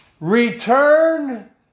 Return